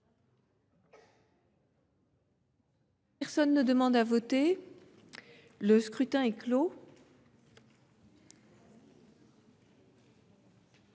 Personne ne demande plus à voter ?… Le scrutin est clos.